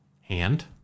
hand